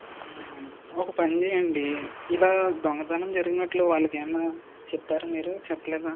ఒక పని చేయండి ఇలా దొంగతనం జరిగినట్లు వాళ్ళకి ఏమైనా చెప్తారా మీరు చెప్పలేదా